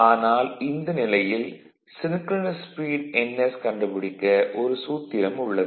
ஆனால் இந்த நிலையில் சின்க்ரனஸ் ஸ்பீடு ns கண்டுபிடிக்க ஒரு சூத்திரம் உள்ளது